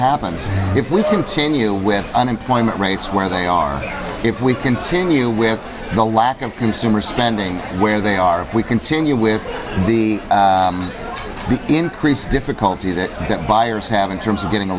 happens if we continue with unemployment rates where they are if we continue with the lack of consumer spending where they are if we continue with the increase difficulty that that buyers have in terms of getting a